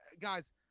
guys